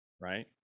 Right